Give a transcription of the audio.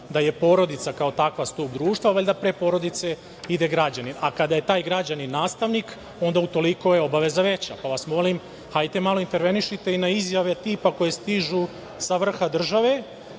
da je porodica kao takva stub društva, valjda pre porodice ide građanin, a kada je taj građanin nastavnik onda je obaveza veća, pa vas molim hajte malo intervenišite na izjave tipa koje stižu sa vrha države